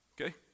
Okay